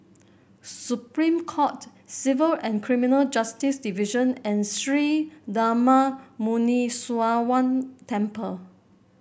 Supreme Court Civil and Criminal Justice Division and Sri Darma Muneeswaran Temple